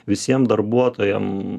visiem darbuotojam